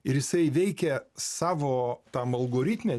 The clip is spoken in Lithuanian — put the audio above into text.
ir jisai veikė savo tam algoritme